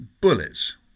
bullets